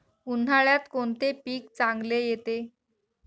उन्हाळ्यात कोणते पीक चांगले येते?